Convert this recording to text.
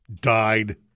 died